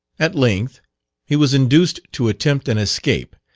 at length he was induced to attempt an escape,